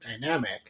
dynamic